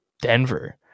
Denver